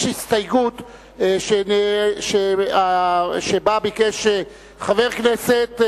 יש הסתייגות שבה ביקש חבר הכנסת,